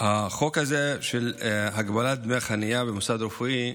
החוק הזה להגבלת דמי חניה במוסד רפואי,